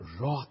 wrath